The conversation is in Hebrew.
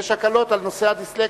ויש הקלות על רקע דיסלקציה.